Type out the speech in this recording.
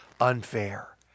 unfair